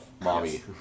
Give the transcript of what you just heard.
mommy